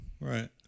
Right